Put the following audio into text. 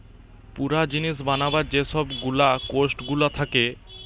পুরা জিনিস বানাবার যে সব গুলা কোস্ট গুলা থাকে